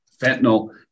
fentanyl